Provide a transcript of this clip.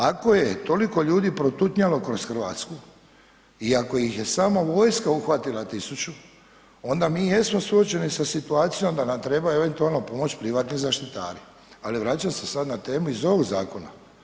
Ako je toliko ljudi protutnjalo kroz Hrvatsku i ako ih je samo vojska uhvatila tisuću onda mi jesmo suočeni sa situacijom da nam trebaju eventualno pomoći privatni zaštitari ali vraćam se sad na temu iz ovog zakona.